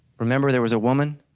remember there was a woman,